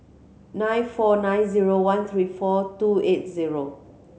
nine four nine zero one three four two eight zero